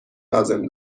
لازم